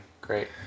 Great